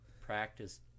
practice